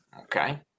Okay